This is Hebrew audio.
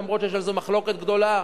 למרות שיש על זה מחלוקת גדולה,